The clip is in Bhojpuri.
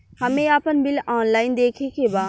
हमे आपन बिल ऑनलाइन देखे के बा?